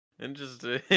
Interesting